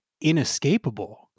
inescapable